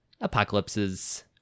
apocalypses